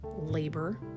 Labor